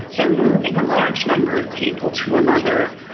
they're moving a large number of people to another,